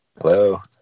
Hello